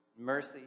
mercy